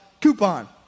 coupon